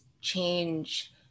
change